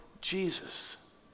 Jesus